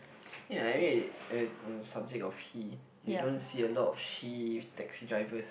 ya I mean something of he you don't see a lot of she taxi drivers